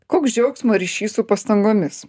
koks džiaugsmo ryšys su pastangomis